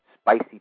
spicy